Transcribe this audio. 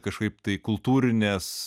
kažkaip tai kultūrinės